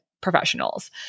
professionals